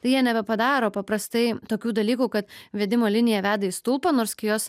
tai jie nebepadaro paprastai tokių dalykų kad vedimo linija veda į stulpą nors kai jos